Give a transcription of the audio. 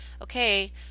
okay